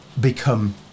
become